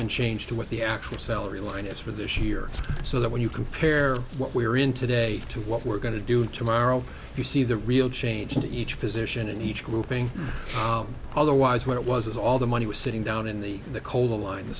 been changed to what the actual salary line is for this year so that when you compare what we are in today to what we're going to do tomorrow you see the real change into each position in each grouping otherwise when it was all the money was sitting down in the cola line